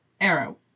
arrow